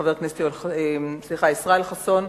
חבר הכנסת ישראל חסון,